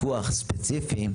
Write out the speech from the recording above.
פיקוח ספציפי,